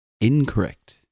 Incorrect